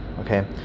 Okay